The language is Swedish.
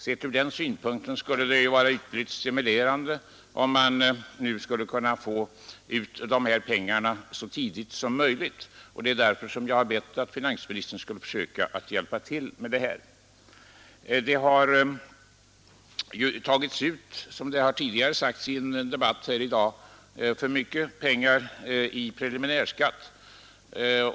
Sett från den synpunkten skulle det vara ytterligt stimulerande om den överskjutande skatten kunde betalas ut så tidigt som möjligt. Jag har därför bett finansministern hjälpa till med det. Som framhållits i en debatt tidigare i dag har för mycket pengar tagits ut i preliminär skatt.